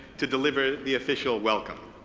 to deliver the official welcome.